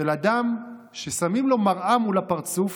של אדם ששמים לו מראה מול הפרצוף